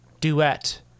duet